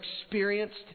experienced